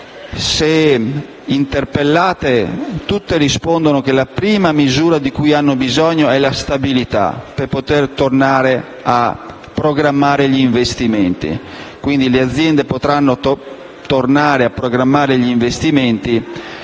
se interpellate, tutte rispondono che la prima misura di cui hanno bisogno è la stabilità per poter tornare a programmare gli investimenti. Quindi le aziende potranno tornare a programmare gli investimenti,